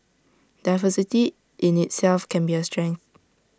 diversity in itself can be A strength